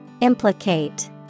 Implicate